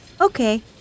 Okay